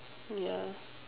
ya